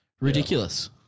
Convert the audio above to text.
Ridiculous